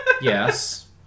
Yes